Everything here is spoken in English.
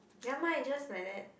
never mind just like that